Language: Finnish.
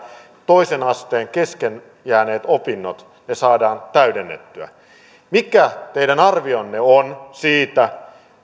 toisen asteen kesken jääneet opinnot saadaan täydennettyä mikä teidän arvionne on siitä